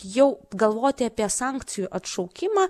jau galvoti apie sankcijų atšaukimą